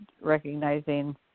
recognizing